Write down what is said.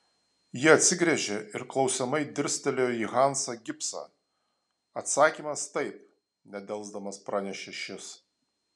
ji atsigręžė ir klausiamai dirstelėjo į hansą gibsą atsakymas taip nedelsdamas pranešė šis